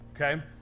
okay